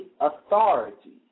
authority